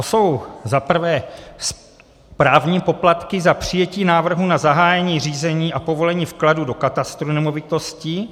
Jsou to za prvé správní poplatky za přijetí návrhu na zahájení řízení a povolení vkladu do katastru nemovitostí.